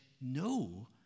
no